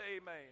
amen